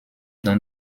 dans